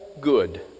good